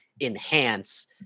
enhance